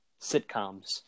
sitcoms